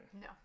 No